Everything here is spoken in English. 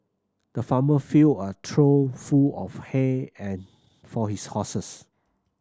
the farmer filled a trough full of hay and for his horses